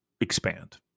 expand